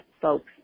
folks